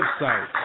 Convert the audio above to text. website